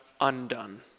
undone